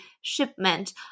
shipment